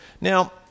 Now